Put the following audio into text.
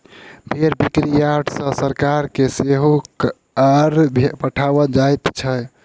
भेंड़ बिक्री यार्ड सॅ सरकार के कर सेहो पठाओल जाइत छै